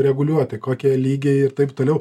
reguliuoti kokie lygiai ir taip toliau